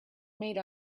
made